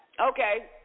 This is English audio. Okay